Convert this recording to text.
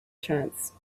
chance